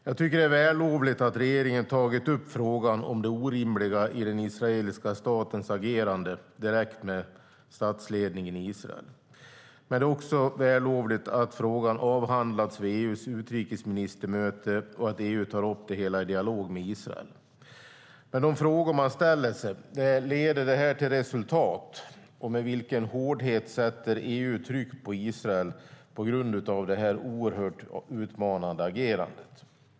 Jag tycker att det är vällovligt att regeringen har tagit upp frågan om det orimliga i den israeliska statens agerande direkt med statsledningen i Israel. Det är också vällovligt att frågan har avhandlats vid EU:s utrikesministermöte och att EU tar upp det hela i dialog med Israel. Men de frågor man ställer sig är om det här leder till resultat. Med vilken hårdhet sätter EU tryck på Israel på grund av detta oerhört utmanande agerande?